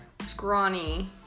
scrawny